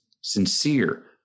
sincere